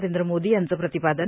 नरेंद्र मोदी यांचं प्रतिपादन